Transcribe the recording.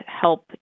help